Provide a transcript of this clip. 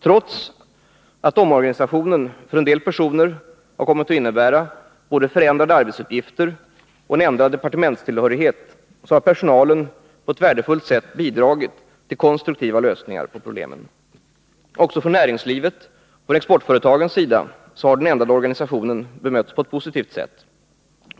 Trots att omorganisationen för en del personer har kommit att innebära både förändrade arbetsuppgifter och en ändrad departementstillhörighet, har personalen på ett värdefullt sätt bidragit till konstruktiva lösningar på problemen. Också från näringslivets och exportföretagens sida har den ändrade organisationen bemötts på ett positivt sätt.